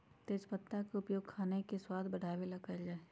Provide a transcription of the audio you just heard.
तेजपत्ता के उपयोग खाने के स्वाद बढ़ावे ला कइल जा हई